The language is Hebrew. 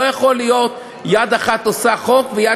לא יכול להיות שיד אחת עושה חוק ויד